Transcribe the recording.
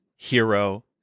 hero